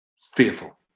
fearful